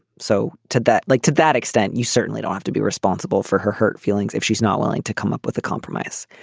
so to that like to that extent, you certainly don't have to be responsible for her hurt feelings if she's not willing to come up with a compromise.